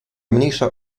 mniejsza